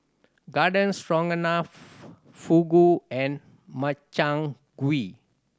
Garden Stroganoff Fugu and Makchang Gui